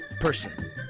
person